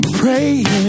praying